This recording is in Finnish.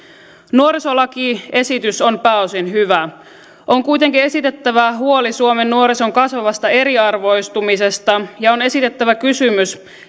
nuorisolakiesitys on pääosin hyvä on kuitenkin esitettävä huoli suomen nuorison kasvavasta eriarvoistumisesta ja on esitettävä kysymys